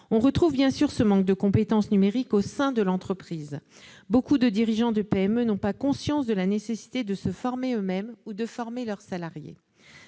On retrouve bien sûr ce manque de compétences numériques au sein de l'entreprise. Beaucoup de dirigeants de PME n'ont pas conscience de la nécessité de se former eux-mêmes ou de former leurs salariés,